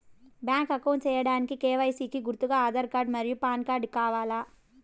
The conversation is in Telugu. బ్యాంక్ అకౌంట్ సేయడానికి కె.వై.సి కి గుర్తుగా ఆధార్ కార్డ్ మరియు పాన్ కార్డ్ కావాలా?